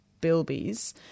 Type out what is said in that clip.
bilbies